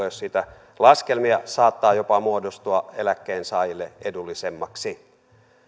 ole siitä laskelmia saattaisi jopa muodostua eläkkeensaajille edullisemmaksi